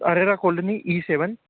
Arera colony E seven